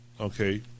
Okay